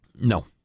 No